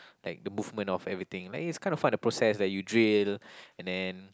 like the movement of everything like it's kind of fun of the process like you drill and then